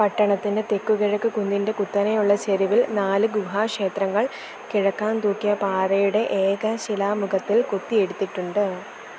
പട്ടണത്തിന്റെ തെക്കുകിഴക്ക് കുന്നിന്റെ കുത്തനെയുള്ള ചരിവില് നാല് ഗുഹാക്ഷേത്രങ്ങൾ കിഴക്കാംതൂക്കായ പാറയുടെ ഏകശിലാമുഖത്തില് കൊത്തിയെടുത്തിട്ടുണ്ട്